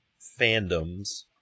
fandoms